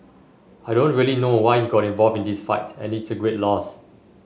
I don't really know why he got involved in this fight and it's a great loss